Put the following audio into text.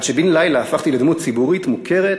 עד שבן-לילה הפכתי לדמות ציבורית מוכרת